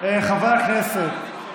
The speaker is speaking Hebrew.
חברי הכנסת.